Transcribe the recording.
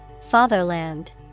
Fatherland